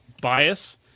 bias